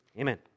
Amen